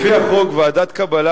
לפי החוק, ועדת קבלה